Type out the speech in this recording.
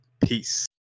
Peace